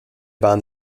waren